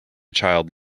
child